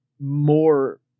more